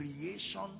creation